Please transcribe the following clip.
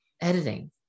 editing